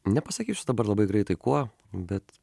nepasakysiu dabar labai greitai kuo bet